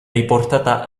riportata